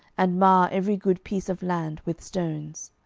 and mar every good piece of land with stones.